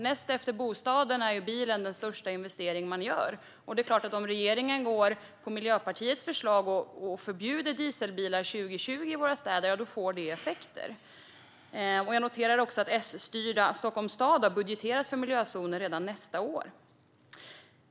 Näst efter bostaden är bilen den största investering man gör. Om regeringen går på Miljöpartiets förslag och förbjuder dieselbilar 2020 i våra städer får det självklart effekter. Jag noterar också att Sstyrda Stockholms stad har budgeterat för miljözoner redan nästa år.